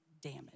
damage